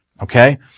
Okay